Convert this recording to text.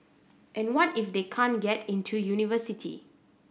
and what if they can't get into university